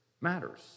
matters